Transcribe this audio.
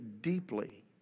deeply